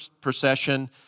procession